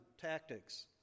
tactics